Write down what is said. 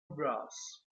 bros